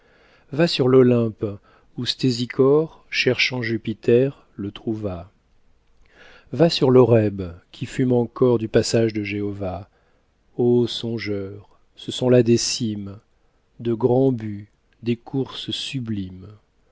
va sur l'olympe où stésichore cherchant jupiter le trouva va sur l'horeb qui fume encore du passage de jéhovah ô songeur ce sont là des cimes de grands buts des courses sublimes